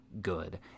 good